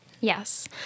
Yes